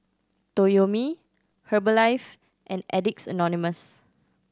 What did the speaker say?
Toyomi Herbalife and Addicts Anonymous